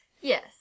Yes